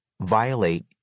violate